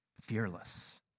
fearless